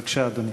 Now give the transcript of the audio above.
בבקשה, אדוני.